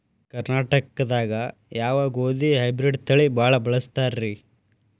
ಕರ್ನಾಟಕದಾಗ ಯಾವ ಗೋಧಿ ಹೈಬ್ರಿಡ್ ತಳಿ ಭಾಳ ಬಳಸ್ತಾರ ರೇ?